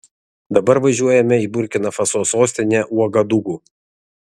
dabar važiuojame į burkina faso sostinę uagadugu